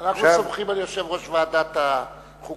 אנחנו סומכים על יושב-ראש ועדת החוקה,